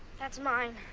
that's mine.